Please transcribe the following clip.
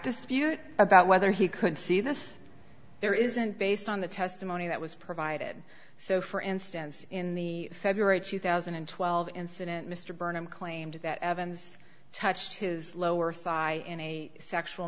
dispute about whether he could see this there isn't based on the testimony that was provided so for instance in the february two thousand and twelve incident mr burnham claimed that evans touched his lower side in a sexual